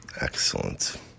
Excellent